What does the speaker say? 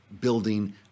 building